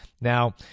Now